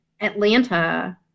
Atlanta